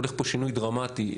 הולך פה שינוי דרמטי.